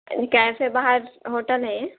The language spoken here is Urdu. کیسے باہر ہوٹل ہے